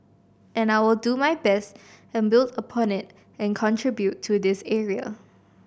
and I will do my best and build upon it and contribute to this area